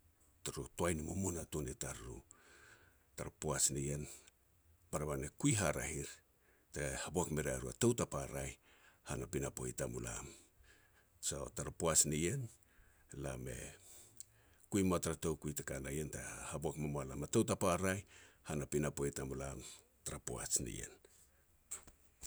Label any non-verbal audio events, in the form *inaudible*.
turu toai ni mumunatun i tariru. Tara poaj nien, barevan e kui haraeh er, te haboak me rea ru a tou tapa raeh hana pinapo i tamulam. So tara poaj ni ien, lam e kui moa tara toukui te ka na ien, te haboak me moa lam tou tapa raeh han a pinapo tamulam, tara poaj ni ien *noise*